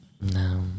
No